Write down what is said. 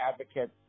advocates